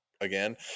again